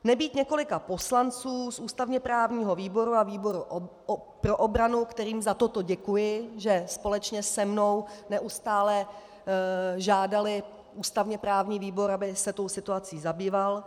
Nebýt několika poslanců z ústavněprávního výboru a výboru pro obranu, kterým za toto děkuji, že společně se mnou neustále žádali ústavněprávní výbor, aby se tou situací zabýval.